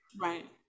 Right